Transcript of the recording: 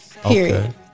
Period